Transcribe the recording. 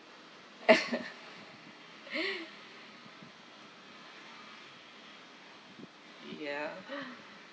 ya